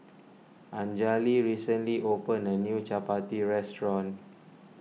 Anjali recently opened a new Chapati restaurant